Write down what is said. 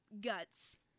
guts